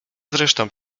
zresztą